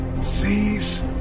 Seize